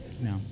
No